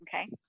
Okay